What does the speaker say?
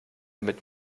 mit